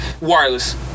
wireless